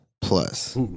Plus